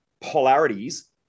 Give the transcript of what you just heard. polarities